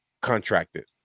contracted